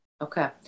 Okay